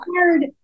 hard